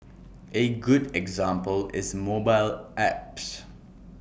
A good example is mobile apps